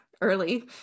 early